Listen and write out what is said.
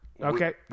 Okay